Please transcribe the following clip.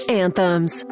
anthems